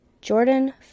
jordan